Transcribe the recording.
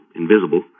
invisible